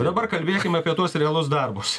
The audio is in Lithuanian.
dabar kalbėkim apie tuos realus darbus